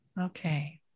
Okay